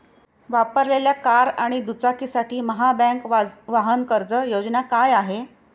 वापरलेल्या कार आणि दुचाकीसाठी महाबँक वाहन कर्ज योजना काय आहे?